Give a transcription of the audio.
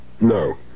No